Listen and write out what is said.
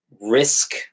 risk